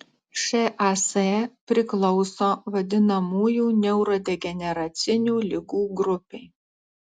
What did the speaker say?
šas priklauso vadinamųjų neurodegeneracinių ligų grupei